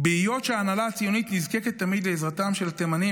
"בהיות שההנהלה הציונית נזקקת תמיד לעזרתם של התימנים,